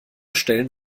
stellen